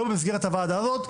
לא במסגרת הוועדה הזאת,